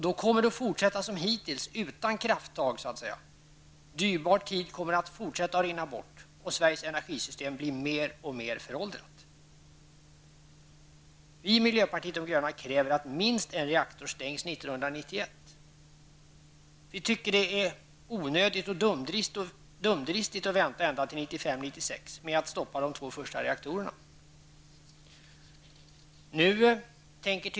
Då kommer det att fortsätta som hittills, utan krafttag. Dyrbar tid kommer att rinna bort, och Sveriges energisystem blir mer och mer föråldrat. Vi i miljöpartiet de gröna kräver att minst en reaktor stängs 1991. Vi tycker att det är onödigt och dumdristigt att vänta ända till 1995/96 med att stoppa de två första reaktorerna.